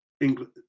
England